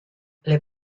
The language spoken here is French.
les